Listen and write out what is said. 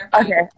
Okay